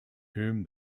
whom